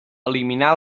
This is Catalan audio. eliminar